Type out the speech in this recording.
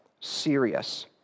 serious